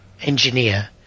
engineer